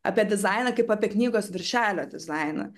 apie dizainą kaip apie knygos viršelio dizainą